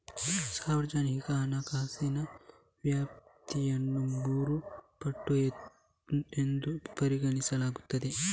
ಸಾರ್ವಜನಿಕ ಹಣಕಾಸಿನ ವ್ಯಾಪ್ತಿಯನ್ನು ಮೂರು ಪಟ್ಟು ಎಂದು ಪರಿಗಣಿಸಲಾಗುತ್ತದೆ